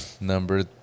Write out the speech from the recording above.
number